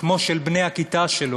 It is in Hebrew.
כמו של בני הכיתה שלו,